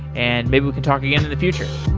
and maybe we can talk again in the future.